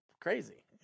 crazy